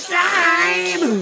time